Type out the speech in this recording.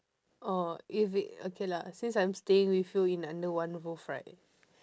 oh if it okay lah since I'm staying with you in under one roof right